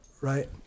right